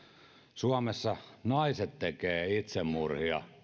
suomessa naiset tekevät itsemurhia